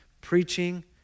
Preaching